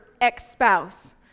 ex-spouse